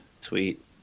Sweet